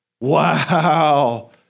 Wow